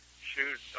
shoes